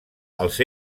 als